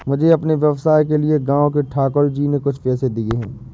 मुझे अपने व्यवसाय के लिए गांव के ठाकुर जी ने कुछ पैसे दिए हैं